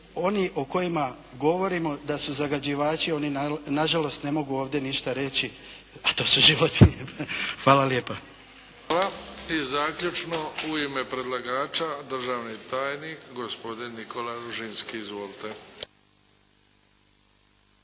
oni o kojima govorimo da su zagađivači oni na žalost ne mogu ovdje ništa reći, to su životinje. Hvala lijepa. **Bebić, Luka (HDZ)** Hvala. I zaključno u ime predlagača, državni tajnik gospodin Nikola Ružinski. Izvolite.